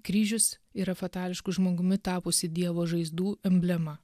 kryžius yra fatališku žmogumi tapusi dievo žaizdų emblema